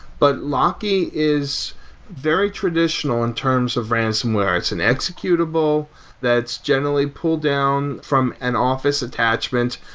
but locky is very traditional in terms of ransomware. it's an executable that's generally pulled down from an office attachment,